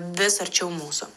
vis arčiau mūsų